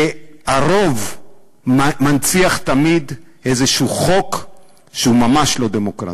שהרוב מנציח תמיד איזשהו חוק שהוא ממש לא דמוקרטי.